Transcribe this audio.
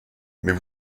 mais